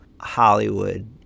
Hollywood